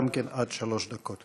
גם כן עד שלוש דקות.